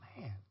Man